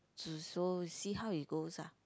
so see how it goes ah